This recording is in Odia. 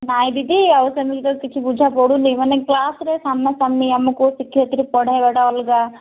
ନାଇଁ ଦିଦି ଆଉ ସେମିତି ତ କିଛି ବୁଝାପଡ଼ୁନି ମାନେ କ୍ଲାସରେ ସାମ୍ନାସାମ୍ନି ଆମକୁ ଶିକ୍ଷୟତ୍ରୀ ପଢ଼େଇବାଟା ଅଲଗା